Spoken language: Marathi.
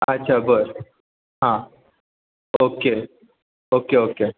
अच्छा बरं हां ओके ओके ओके